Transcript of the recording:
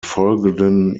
folgenden